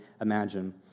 imagine